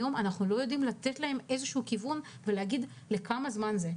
היום אנחנו לא יודעים לתת להם איזשהו כיוון ולהגיד לכמה זמן זה.